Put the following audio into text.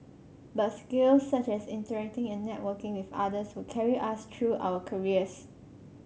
but skills such as interacting and networking with others will carry us through our careers